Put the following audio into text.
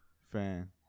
fan